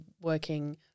working